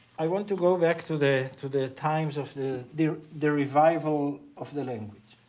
i want to go back to the to the times of the the the revival of the language.